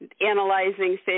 analyzing